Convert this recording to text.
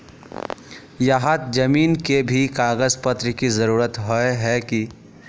यहात जमीन के भी कागज पत्र की जरूरत होय है की?